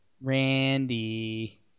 Randy